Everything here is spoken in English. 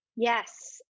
Yes